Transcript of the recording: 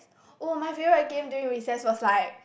orh my favourite game during recess was like